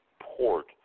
port